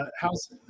How's